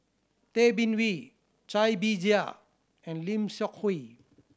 Tay Bin Wee Cai Bixia and Lim Seok Hui